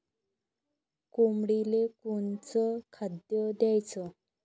कोंबडीले कोनच खाद्य द्याच?